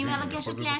אני מבקשת להשיב.